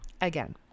again